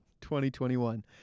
2021